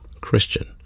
Christian